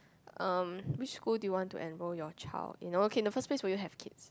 um which school do you want to enroll your child oh okay in the first place will you have kids